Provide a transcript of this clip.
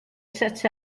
sets